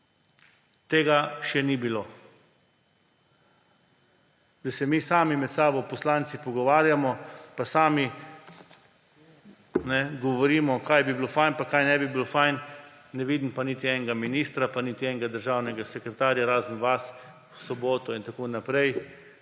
Tega še ni bilo, da se mi poslanci sami med sabo pogovarjamo pa sami govorimo, kaj bi bilo fajn in kaj ne bi bilo fajn, ne vidim pa niti enega ministra pa niti enega državnega sekretarja, razen vas v soboto in tako naprej,